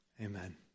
Amen